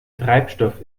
treibstoff